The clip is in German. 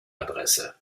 adresse